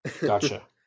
Gotcha